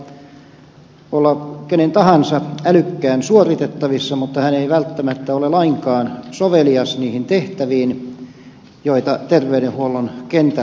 akateeminen loppututkintohan voi olla kenen tahansa älykkään suoritettavissa mutta hän ei välttämättä ole lainkaan sovelias niihin tehtäviin joita terveydenhuollon kentällä on